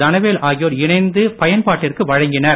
தனவேல் ஆகியோர் இணைந்து பயன்பாட்டிற்கு வழங்கினர்